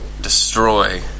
destroy